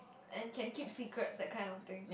and can keep secrets that type of thing